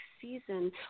season